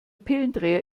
pillendreher